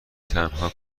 تنها